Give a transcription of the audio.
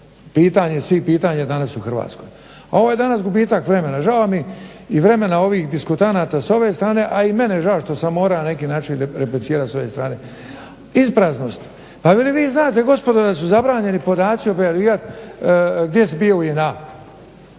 pitanje svih pitanja danas u Hrvatskoj. A ovo je danas gubitak vremena, žao mi i vremena ovih diskutanata s ove strane, a i meni je žao što sam morao na neki način replicirati s ove strane. Ispraznost, pa je li vi znate gospodo da su zabranjeni podaci objavljivati gdje si bio u JNA?